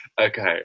Okay